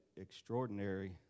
extraordinary